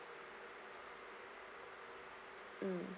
mm